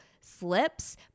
slips